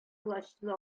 колачлы